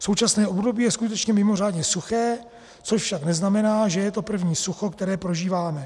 Současné období je skutečně mimořádně suché, což však neznamená, že je to první sucho, které prožíváme.